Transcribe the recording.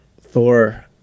thor